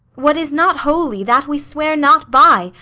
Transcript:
what is not holy, that we swear not by,